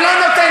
היא לא נותנת,